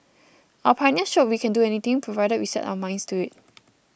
our pioneers showed we can do anything provided we set our minds to it